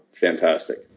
fantastic